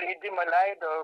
leidimą leido